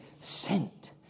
sent